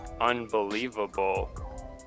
unbelievable